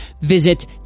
Visit